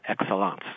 excellence